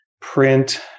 print